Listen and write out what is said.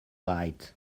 light